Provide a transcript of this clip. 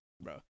bro